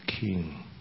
King